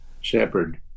shepherd